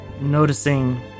noticing